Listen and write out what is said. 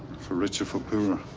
for richer, for poorer.